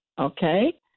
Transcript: okay